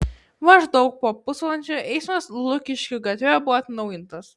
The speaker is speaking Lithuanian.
maždaug po pusvalandžio eismas lukiškių gatve buvo atnaujintas